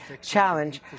challenge